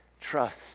trust